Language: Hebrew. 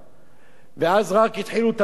ואז רק התחילו את המשא-ומתן,